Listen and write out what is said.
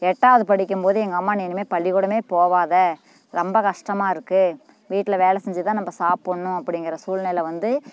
எட்டாவது படிக்கும்போது எங்கள் அம்மா நீ இனிமேல் பள்ளிக்கூடமே போகாத ரொம்ப கஷ்டமாக இருக்குது வீட்டில் வேலை செஞ்சு தான் நம்ம சாப்பிட்ணும் அப்படிங்கிற சூழ்நிலை வந்து